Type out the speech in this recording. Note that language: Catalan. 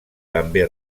també